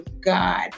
God